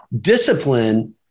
discipline